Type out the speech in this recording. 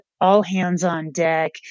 all-hands-on-deck